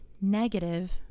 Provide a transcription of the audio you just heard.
negative